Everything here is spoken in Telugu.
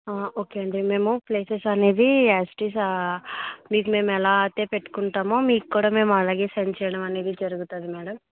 ఓకే అండి మేము ప్లేసెస్ అనేవి యాజిటీస్ మీకు మేము ఎలా ఐతే పెట్టుకుంటామో మీకు కూడా మేము అలాగే సెండ్ చేయడం అనేది జరుగుతుంది మ్యాడం